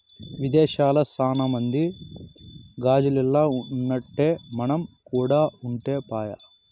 విదేశాల్ల సాన మంది గాజిల్లల్ల ఉన్నట్టే మనం కూడా ఉంటే పాయె